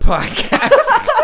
Podcast